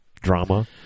drama